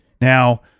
Now